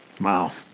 Wow